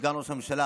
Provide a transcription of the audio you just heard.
סגן ראש הממשלה,